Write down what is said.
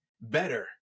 better